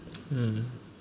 mm